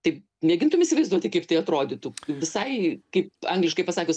tai mėgintum įsivaizduoti kaip tai atrodytų visai kaip angliškai pasakius